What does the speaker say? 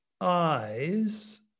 eyes